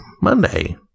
Monday